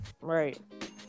Right